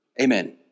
Amen